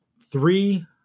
three